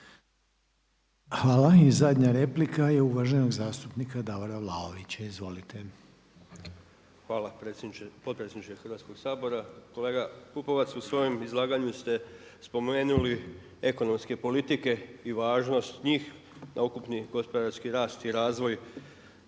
Hvala. I zadnja replika je uvaženog zastupnika Davora Vlaovića. Izvolite. **Vlaović, Davor (HSS)** Hvala potpredsjedniče Hrvatskog sabora. Kolega Pupovac u svojem izlaganju ste spomenuli ekonomske politike i važnost njih na ukupni gospodarski rast i razvoj